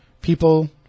people